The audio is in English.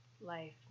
life